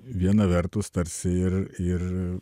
viena vertus tarsi ir ir